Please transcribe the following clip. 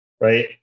right